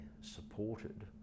supported